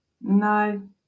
no